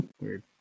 Weird